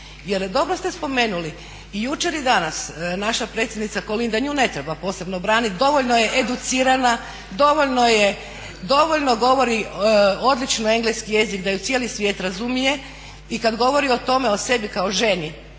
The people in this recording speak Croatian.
jer dobro ste spomenuli, jučer i danas naša predsjednica Kolinda, nju ne treba posebno branit, dovoljno je educirana, odlično govori engleski jezik da ju cijeli svijet razumije i kad govori o tome o sebi kao ženi